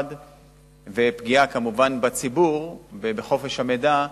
ופגיעה כמובן בציבור ובחופש המידע,